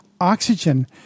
Oxygen